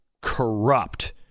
corrupt